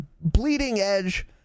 bleeding-edge